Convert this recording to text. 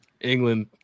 england